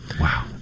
Wow